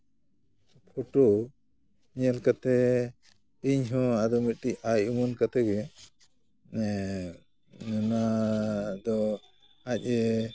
photo ᱧᱮᱞ ᱠᱟᱛᱮ ᱤᱧᱦᱚᱸ ᱟᱫᱚ ᱢᱤᱫᱴᱤᱡ ᱟᱭ ᱩᱢᱟᱹᱱ ᱠᱟᱛᱮᱜᱮ ᱚᱱᱟᱫᱚ ᱟᱡᱼᱮ